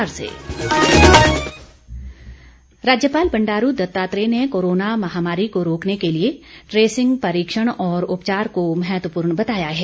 राज्यपाल राज्यपाल बंडारू दत्तात्रेय ने कोरोना महामारी को रोकने के लिए ट्रेसिंग परीक्षण और उपचार को महत्वपूर्ण बताया है